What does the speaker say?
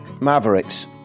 Mavericks